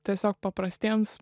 tiesiog paprastiems